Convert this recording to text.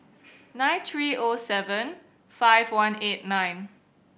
nine three O seven five one eight nine